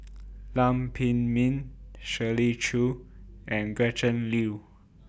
Lam Pin Min Shirley Chew and Gretchen Liu